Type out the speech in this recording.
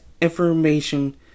information